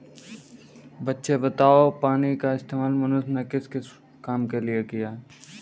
बच्चे बताओ पानी का इस्तेमाल मनुष्य ने किस किस काम के लिए किया?